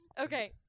Okay